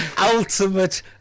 Ultimate